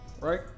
right